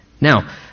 Now